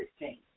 16